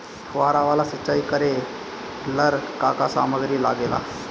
फ़ुहारा वाला सिचाई करे लर का का समाग्री लागे ला?